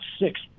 six